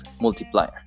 Multiplier